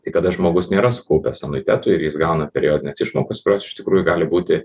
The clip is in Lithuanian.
tai kada žmogus nėra sukaupęs anuitetų ir jis gauna periodines išmokas kurios iš tikrųjų gali būti